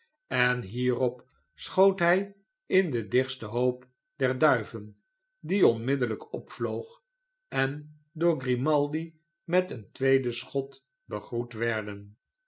en hierop schoot hij in den dichtsten hoop der duiven die onmiddellijk opvloog en door grimaldi met een tweede schot begroet werden